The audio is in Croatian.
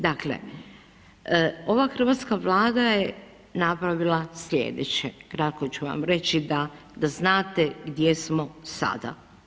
Dakle, ova hrvatska Vlada je napravila sljedeće, kratko ću vam reći da znate gdje smo sada.